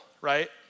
right